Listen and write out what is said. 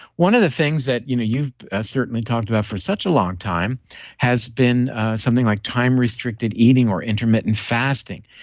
one of the things that you know you've ah certainly talked about for such a long time has been something like time restricted eating or intermittent fasting.